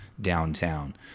downtown